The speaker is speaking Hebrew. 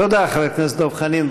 תודה, חבר הכנסת דב חנין.